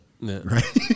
Right